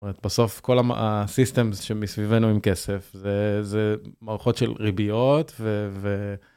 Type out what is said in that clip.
בסוף כל הסיסטמס שמסביבנו עם כסף זה מערכות של ריביות, ו... ו...